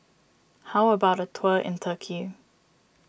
how about a tour in Turkey